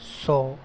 सौ